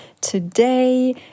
Today